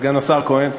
סגן השר כהן.